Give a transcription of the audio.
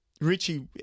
Richie